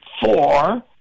four